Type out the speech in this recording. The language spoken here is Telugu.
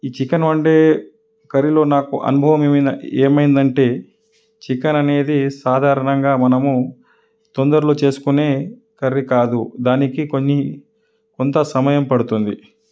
ఈ చికెను వండే కర్రీలో నాకు అనుభవం ఏమైనా ఏమైందంటే చికెన్ అనేది సాధారణంగా మనము తొందరలో చేసుకునే కర్రీ కాదు దానికి కొన్ని కొంత సమయం పడుతుంది